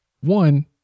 one